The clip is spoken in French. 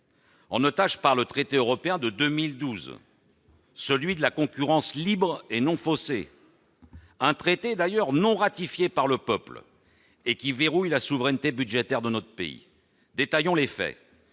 en otage par le traité européen de 2012, celui de la « concurrence libre et non faussée », traité d'ailleurs non ratifié par le peuple et qui verrouille la souveraineté budgétaire de notre pays. Détaillons les faits.